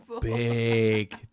big